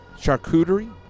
Charcuterie